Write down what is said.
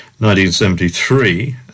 1973